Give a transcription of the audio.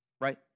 Right